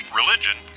religion